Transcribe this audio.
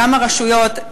כמה רשויות.